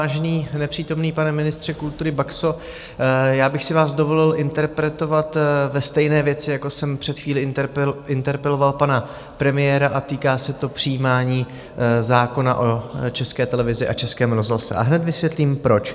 Vážný nepřítomný pane ministře kultury Baxo, já bych si vás dovolil interpelovat ve stejné věci, jako jsem před chvílí interpeloval pana premiéra, týká se to přijímání zákona o České televizi a Českém rozhlase, a hned vysvětlím, proč.